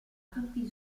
tutti